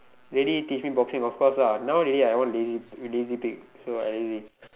ready teach him boxing of course lah now already I one lazy lazy pig so I lazy